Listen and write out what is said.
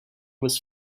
was